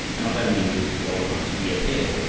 and not only did the old ones reappear,